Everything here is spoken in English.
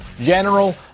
general